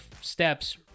steps